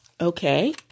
Okay